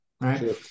right